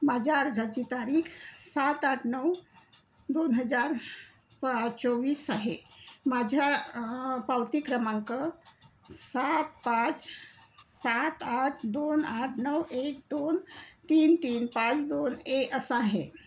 माझ्या अर्जाची तारीख सात आठ नऊ दोन हजार प चोवीस आहे माझ्या पावती क्रमांक सात पाच सात आठ दोन आठ नऊ एक दोन तीन तीन पाच दोन ए असा आहे